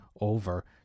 over